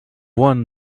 won